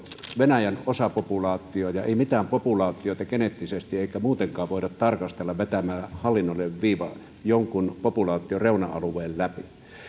venäjän osapopulaatio ja ei mitään populaatioita geneettisesti eikä muutenkaan voida tarkastella vetämällä hallinnollinen viiva jonkun populaation reuna alueen läpi